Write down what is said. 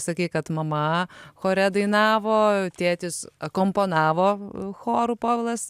sakei kad mama chore dainavo tėtis akompanavo chorų povilas